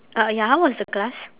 uh ya how was the class